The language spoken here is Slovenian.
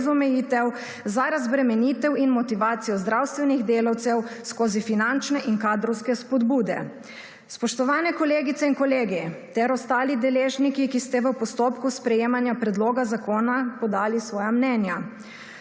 za razbremenitev in motivacijo zdravstvenih delavcev skozi finančne in kadrovske spodbude. Spoštovani kolegice in kolegi ter ostali deležniki, ki ste v postopku sprejemanja predloga zakona podali svoja mnenja.